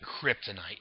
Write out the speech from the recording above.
Kryptonite